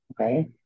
Okay